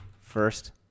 first